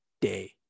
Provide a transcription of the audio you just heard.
day